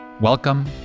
Welcome